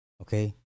Okay